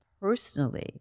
personally